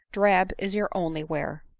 drab is your only wear.